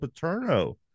Paterno